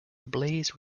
ablaze